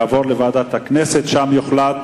תעבור לוועדת הכנסת, ושם יוחלט